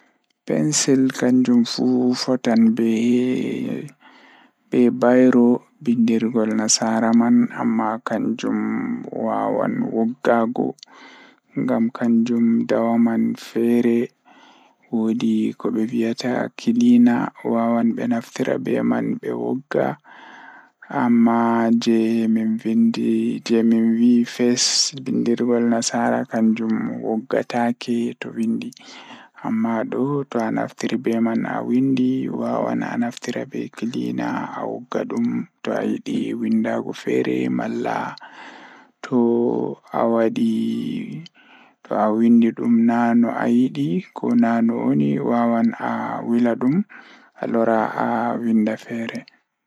Pencil ko nafaade e ngelɗi baafal ngal. Nde eɓe jogii, ngelɗi nafaade baawtoore e laawol. Nguuraande eƴƴam, ko heewɓe gasaare, teeŋgol, ko ngelɗi ndiyam nafaade. Hikkinaa e baawdi e teeŋgol ngam laawol.